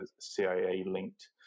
CIA-linked